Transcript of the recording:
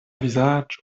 vizaĝo